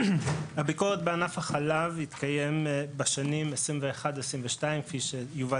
הביקורת בענף החלב התקיימה בשנים 21-22 ומשרד